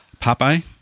popeye